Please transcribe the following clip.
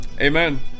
Amen